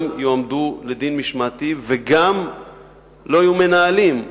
גם יועמדו לדין משמעתי וגם לא יהיו מנהלים.